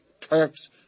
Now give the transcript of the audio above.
Turks